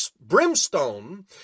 brimstone